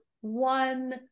one